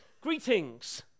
Greetings